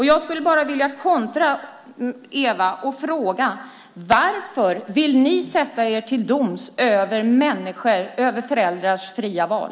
Jag skulle vilja kontra Eva och fråga varför ni vill sätta er till doms över människors, över föräldrars, fria val.